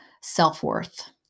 self-worth